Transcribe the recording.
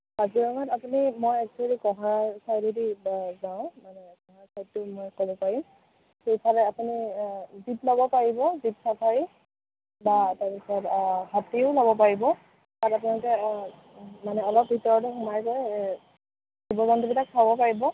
কাজিৰঙাত আপুনি মই একচ্যুৱেলি কহৰা চাইডে দি যাওঁ মানে কহৰা চাইডটো মই ক'ব পাৰিম সেইফালে আপুনি জীপ ল'ব পাৰিব জীপ ছাফাৰী বা তাৰ পিছত হাতীও ল'ব পাৰিব মানে অলপ ভিতৰলৈ সোমাই গৈ জীৱ জন্তুবিলাক চাব পাৰিব